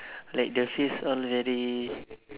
like the face all very